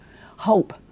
Hope